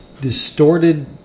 distorted